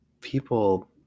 People